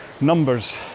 numbers